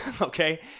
Okay